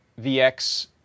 VX